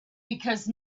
because